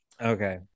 okay